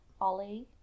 Ollie